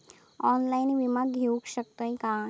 Online विमा घेऊ शकतय का?